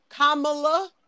Kamala